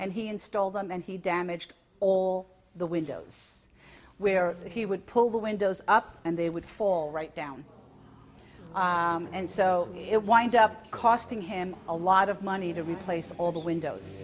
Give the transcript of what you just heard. and he installed them and he damaged all the windows where he would pull the windows up and they would fall right down and so it wind up costing him a lot of money to replace all the windows